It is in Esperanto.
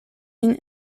vin